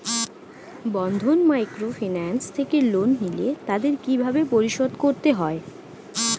বন্ধন microfinance থেকে loan নিলে তাদের কিভাবে পরিশোধ করতে হয়?